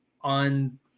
on